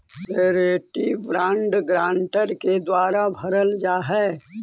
surety bond guarantor के द्वारा भरल जा हइ